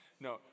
no